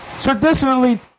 traditionally